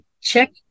check